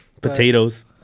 Potatoes